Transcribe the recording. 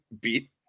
beat